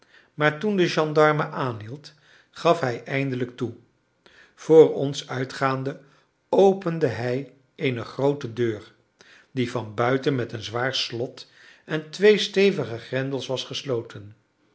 maar toen de gendarme aanhield gaf hij eindelijk toe voor ons uitgaande opende hij eene groote deur die van buiten met een zwaar slot en twee stevige grendels was gesloten